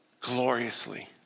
gloriously